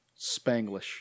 Spanglish